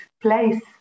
place